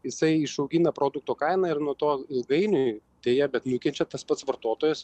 jisai išaugina produkto kainą ir nuo to ilgainiui deja bet nukenčia tas pats vartotojas